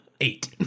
Eight